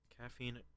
Caffeine